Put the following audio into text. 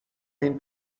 این